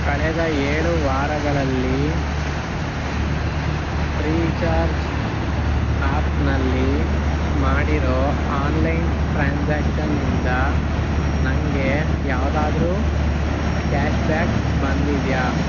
ಕಳೆದ ಏಳು ವಾರಗಳಲ್ಲಿ ಫ್ರೀ ಚಾರ್ಜ್ ಕಾಪ್ನಲ್ಲಿ ಮಾಡಿರೊ ಆನ್ಲೈನ್ ಟ್ರಾನ್ಸಾಕ್ಷನಿಂದ ನನಗೆ ಯಾವ್ದಾರು ಕ್ಯಾಶ್ ಬ್ಯಾಕ್ ಬಂದಿದೆಯಾ